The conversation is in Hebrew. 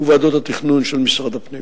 ישראל יצאה שם מקום ראשון.